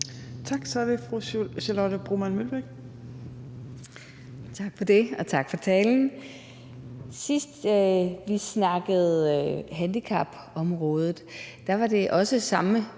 Tak. Så er det fru Charlotte Broman Mølbæk.